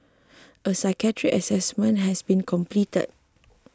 a psychiatric assessment has been completed